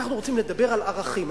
אנחנו רוצים לדבר על ערכים,